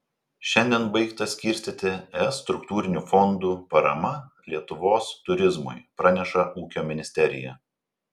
šiandien baigta skirstyti es struktūrinių fondų parama lietuvos turizmui praneša ūkio ministerija